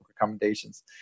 recommendations